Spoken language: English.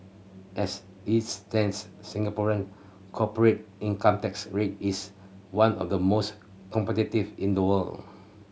as its stands Singaporean corporate income tax rate is one of the most competitive in the world